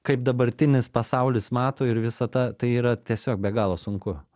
kaip dabartinis pasaulis mato ir visata tai yra tiesiog be galo sunku